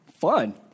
fun